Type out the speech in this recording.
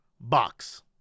box